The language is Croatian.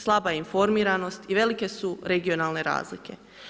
Slaba je informiranost i velike su regionalne razlike.